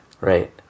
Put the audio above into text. right